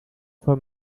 for